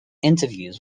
interviews